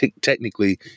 technically